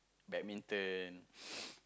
badminton